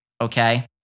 okay